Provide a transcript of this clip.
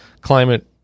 climate